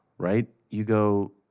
right you go,